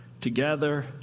together